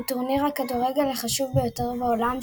הוא טורניר הכדורגל החשוב ביותר בעולם,